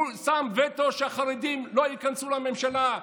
הוא שם וטו שהחרדים לא ייכנסו לממשלה,